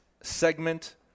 segment